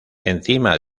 encima